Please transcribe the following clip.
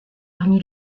parmi